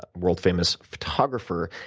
but world famous photographer.